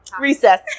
recess